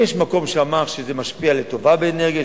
יש מקום שאמר שזה משפיע לטובה באנרגיה,